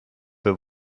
wir